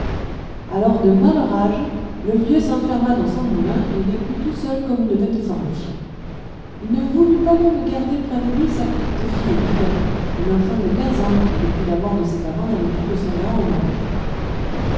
alors de male rage le vieux s'enferma dans son moulin et vécut tout seul comme une bête farouche il ne voulut pas même garder près de lui sa petite-fille vivette une enfant de quinze ans qui depuis la mort de ses parents n'avait plus que son grand au monde